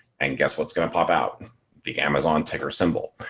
and guess what's going to pop out the amazon ticker symbol.